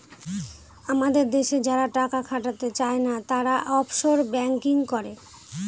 আমাদের দেশে যারা টাকা খাটাতে চাই না, তারা অফশোর ব্যাঙ্কিং করে